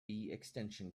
extension